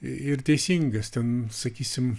ir teisingas ten sakysim